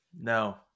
No